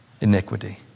Iniquity